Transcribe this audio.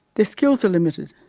their skills are limited,